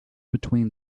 between